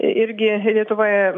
irgi lietuvoje